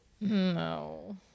No